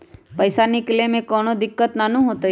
पईसा निकले में कउनो दिक़्क़त नानू न होताई?